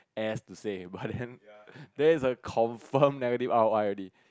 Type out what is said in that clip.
ass to say but then there is a confirm negative R_O_I already